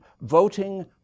voting